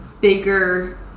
bigger